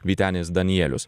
vytenis danielius